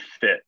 fit